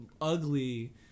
ugly